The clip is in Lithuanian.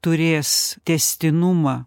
turės tęstinumą